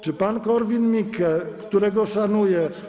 Czy pan Korwin-Mikke, którego szanuję.